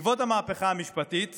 בעקבות המהפכה המשפטית